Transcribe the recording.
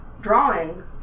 drawing